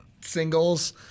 singles